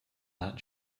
that